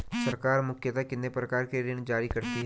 सरकार मुख्यतः कितने प्रकार के ऋण जारी करती हैं?